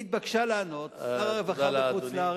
היא התבקשה לענות, שר הרווחה בחו"ל,